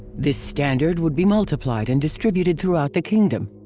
this standard would be multiplied and distributed throughout the kingdom.